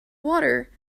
water